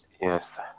Yes